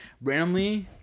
Randomly